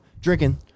drinking